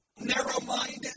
narrow-minded